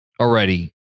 already